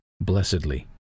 blessedly